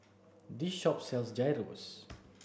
this shop sells Gyros